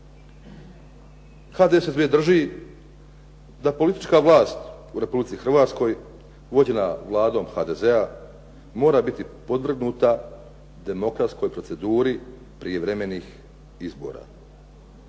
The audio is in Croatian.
HDSSB drži da politička vlas u Republici Hrvatskoj vođena vladom HDZ-a mora biti podvrgnuta demokratskoj proceduri prijevremenih izbora.